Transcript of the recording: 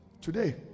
today